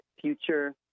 future